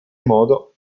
modo